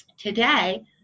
today